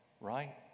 Right